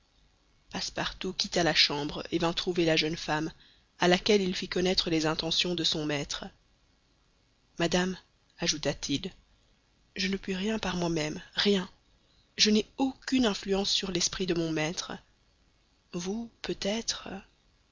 passepartout quitta la chambre et vint trouver la jeune femme à laquelle il fit connaître les intentions de son maître madame ajouta-t-il je ne puis rien par moi-même rien je n'ai aucune influence sur l'esprit de mon maître vous peut-être